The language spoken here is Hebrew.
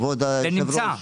כבוד היושב-ראש,